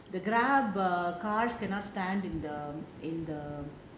the Grab cars cannot stand in the in the